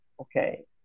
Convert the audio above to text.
Okay